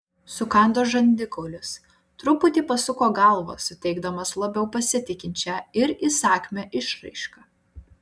sukando žandikaulius truputį pasuko galvą suteikdamas labiau pasitikinčią ir įsakmią išraišką